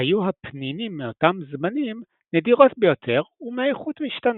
היו הפנינים באותם זמנים נדירות ביותר ומאיכות משתנה.